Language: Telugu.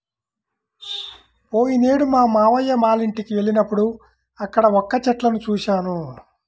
పోయినేడు మా మావయ్య వాళ్ళింటికి వెళ్ళినప్పుడు అక్కడ వక్క చెట్లను చూశాను